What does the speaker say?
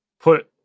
put